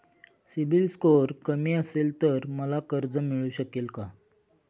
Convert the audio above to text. CIBIL score कमी असेल तर मला कर्ज मिळू शकेल का?